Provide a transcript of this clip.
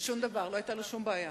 שום דבר, לא היתה לו שום בעיה.